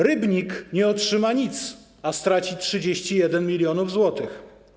Rybnik nie otrzyma nic, a straci 31 mln zł.